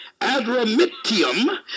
Adramitium